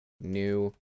new